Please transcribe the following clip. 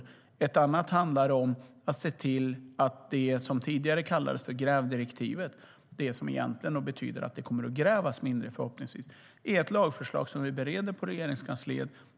En annan del handlar om att se till att det som tidigare kallades för grävdirektivet, som egentligen betyder att det förhoppningsvis kommer att grävas mindre, blir ett lagförslag. Det bereder vi i Regeringskansliet.